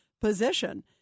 position